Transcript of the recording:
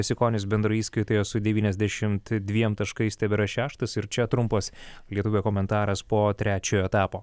jasikonis bendroje įskaitoje su devyniasdešimt dviem taškais tebėra šeštas ir čia trumpas lietuvio komentaras po trečiojo etapo